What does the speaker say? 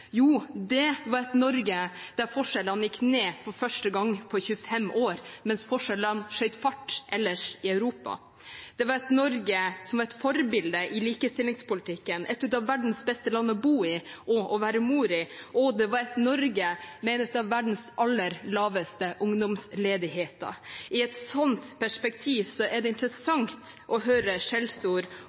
Jo, det var et Norge der forskjellene gikk ned for første gang på 25 år, mens forskjellene skjøt fart ellers i Europa. Det var et Norge som et forbilde i likestillingspolitikken, et av verdens beste land å bo i og å være mor i. Og det var et Norge med en ungdomsledighet som var en av verdens aller laveste. I et sånt perspektiv er det interessant å høre